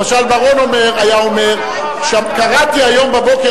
למשל בר-און היה אומר: קראתי היום בבוקר